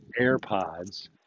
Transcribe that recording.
AirPods